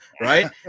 right